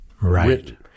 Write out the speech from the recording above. right